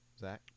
Zach